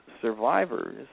survivors